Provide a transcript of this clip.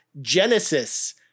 Genesis